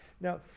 Now